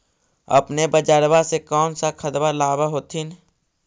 अपने बजरबा से कौन सा खदबा लाब होत्थिन?